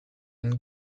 and